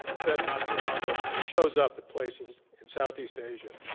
said not too long ago, when he shows up at places in southeast asia,